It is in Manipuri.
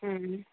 ꯎꯝ